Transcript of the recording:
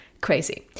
crazy